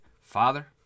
Father